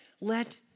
let